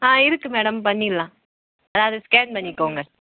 ஆ இருக்குது மேடம் பண்ணிடலாம் ஆ அது ஸ்கேன் பண்ணிக்கோங்க